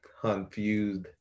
confused